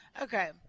Okay